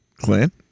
Clint